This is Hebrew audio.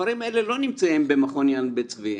הספרים האלה לא נמצאים במכון יד בן צבי,